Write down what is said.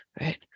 right